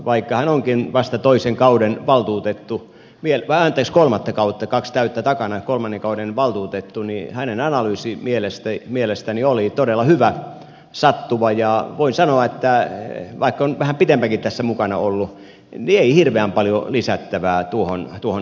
vaikka hän onkin vasta toisen kauden valtuutettu anteeksi kolmatta kautta kaksi täyttä takana kolmannen kauden valtuutettu niin hänen analyysinsa mielestäni oli todella hyvä sattuva ja voin sanoa että vaikka on vähän pitempäänkin tässä mukana ollut niin ei hirveän paljon lisättävää tuohon analyysiin ole